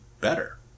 better